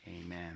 amen